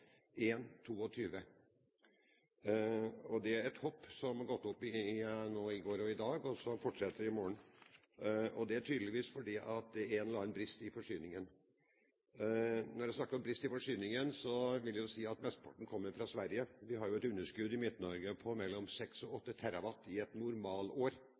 er kr 1,22. Det er et hopp fra i går til i dag, og så fortsetter det i morgen. Det er tydeligvis fordi det er en eller annen brist i forsyningen. Når jeg snakker om brist i forsyningen, vil jeg si at mesteparten kommer fra Sverige. Vi har jo et underskudd i Midt-Norge på 6–8 TW i et